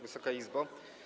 Wysoka Izbo!